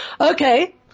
Okay